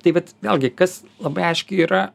tai vat vėlgi kas labai aiškiai yra